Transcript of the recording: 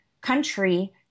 country